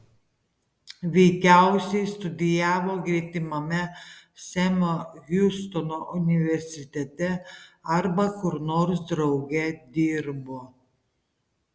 veikiausiai studijavo gretimame semo hiustono universitete arba kur nors drauge dirbo